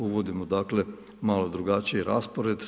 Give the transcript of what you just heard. Uvodimo dakle, malo drugačiji raspored.